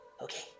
Okay